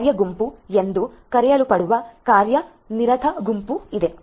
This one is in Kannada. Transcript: ಆದ್ದರಿಂದ 6TiSCH ಕಾರ್ಯ ಗುಂಪು ಎಂದು ಕರೆಯಲ್ಪಡುವ ಕಾರ್ಯನಿರತ ಗುಂಪು ಇದೆ